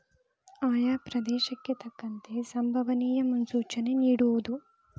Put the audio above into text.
ಆಯಾ ಪ್ರದೇಶಕ್ಕೆ ತಕ್ಕಂತೆ ಸಂಬವನಿಯ ಮುನ್ಸೂಚನೆ ನಿಡುವುದು